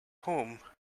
home